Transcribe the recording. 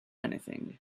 anything